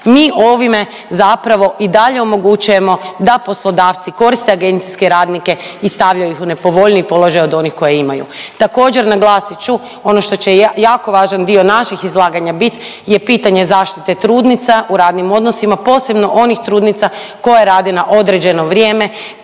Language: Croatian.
mi ovime zapravo i dalje omogućujemo da poslodavci koriste agencijske radnike i stavljaju ih u nepovoljniji položaj od onih koje imaju. Također, naglasit ću ono što će jako važan dio naših izlaganja biti je pitanje zaštite trudnica u radnim odnosima posebno onih trudnica koje rade na određeno vrijeme,